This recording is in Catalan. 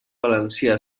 valencià